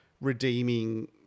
redeeming